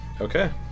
Okay